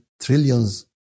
trillions